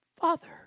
Father